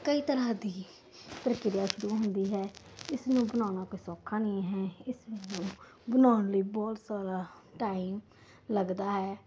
ਕਈ ਤਰ੍ਹਾਂ ਦੀ ਪ੍ਰਕਿਰਿਆ ਸ਼ੁਰੂ ਹੁੰਦੀ ਹੈ ਇਸ ਨੂੰ ਬਣਾਉਣਾ ਕੋਈ ਸੌਖਾ ਨਹੀਂ ਹੈ ਇਸ ਨੂੰ ਬਣਾਉਣ ਲਈ ਬਹੁਤ ਸਾਰਾ ਟਾਈਮ ਲੱਗਦਾ ਹੈ